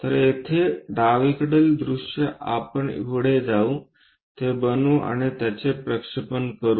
तर येथे डावीकडील दृश्य आपण पुढे जाऊ ते बनवू आणि त्याचे प्रक्षेपण करू